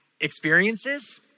experiences